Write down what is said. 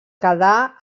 quedà